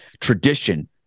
tradition